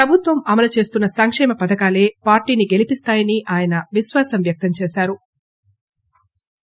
ప్రభుత్వం అమలుచేస్తున్న సంకేమ పథకాలే పార్టీని గెలిపిస్తాయని ఆయన విశ్వాసం వ్యక్తంచేశారు